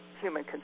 human